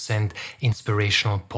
Inspirational